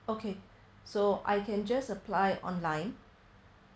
okay so I can just apply online